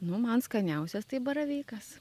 nu man skaniausias tai baravykas